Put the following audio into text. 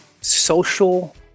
social